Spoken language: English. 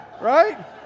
right